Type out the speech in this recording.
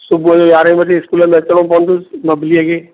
सुबुहु जो यारहें वॻे स्कूल में अचिणो पवंदसि धीअ खे